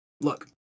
look